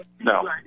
No